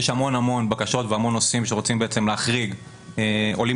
יש המון המון בקשות והמון נושאים שרוצים בעצם להחריג עולים